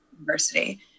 university